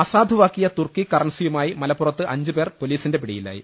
അസാധുവാക്കിയ തുർക്കി കറൻസിയുമായി മലപ്പുറത്ത് അഞ്ചു പേർ പൊലീസിന്റെ പിടിയിലായി